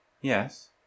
Yes